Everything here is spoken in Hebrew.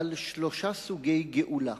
על שלושה סוגי גאולה.